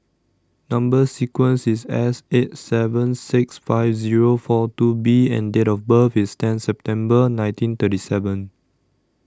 Number sequence IS S eight seven six five Zero four two B and Date of birth IS ten September nineteen thirty seven